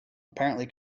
apparently